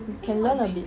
can learn a bit